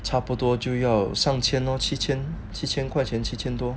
差不多就要上千哦七千七千块钱七千多